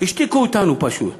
השתיקו אותנו פשוט.